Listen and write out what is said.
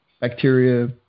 bacteria